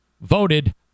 Voted